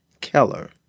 Keller